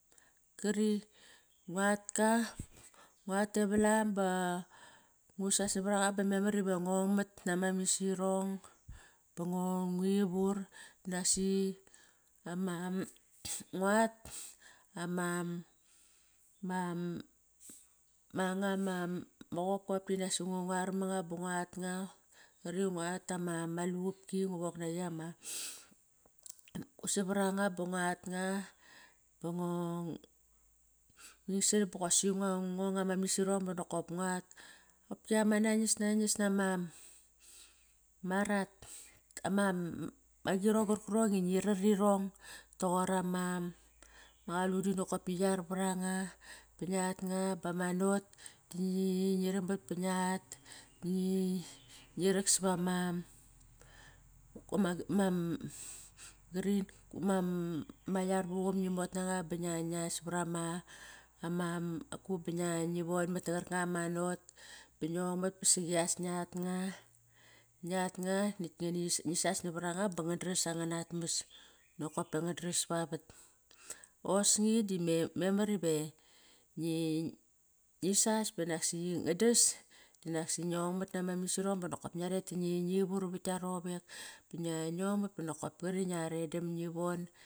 Kari nguat ka, nguat e valam ba ngu sas savar aqa ba memar ive ngong mat nama misirong ba ngu ivur. Nasi ama qopqop inak saqi nguar manga ba nguat nga. Qari nguat ama lupki ngu wok naqi ama savar anga ba nguat nga. Ba ngo ingsadam bosi ngong ama misirong ba nokop. Qopki ama nangis, nangis na ma rat. Ama agirong qarkarong ingi rarirong toqor ama qalun inokop ngi yar var anga ba ngiat nga, bama not da ngi rangbat ba ngiat. Ngi rak sava ma yar vuqum ngi mot nanga ba ma ku ba ngia vonmot naqar kanga ma not ba ngiong mat ba siqias ngiat nga. Ngiat nga nakt ngi sas savar navar anga ba nga dara angom nat mas. Nakop pa ngan daras pavat. Osni di memar ive ngi sas banak siqi ngadas dinak si ngi aongmat na ma misirong bi nakop ngia ret ba ngi vur vat gia rovek. Ba ngia angmat ba qar i ngia redam, ngi von